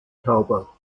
tauber